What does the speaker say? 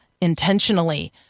intentionally